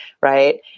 right